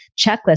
checklist